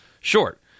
short